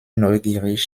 neugierig